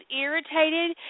irritated